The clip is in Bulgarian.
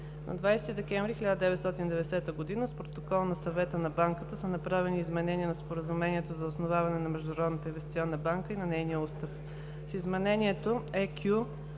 На 20 декември 1990 г. с протокол на Съвета на Банката са направени изменения на Споразумението за основаването на Международната инвестиционна банка и на нейния устав. С измененията ЕКЮ-то